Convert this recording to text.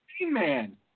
Man